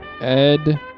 Ed